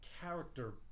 character